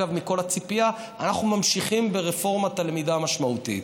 אגב מכל הציפייה: אנחנו ממשיכים ברפורמת הלמידה המשמעותית.